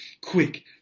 quick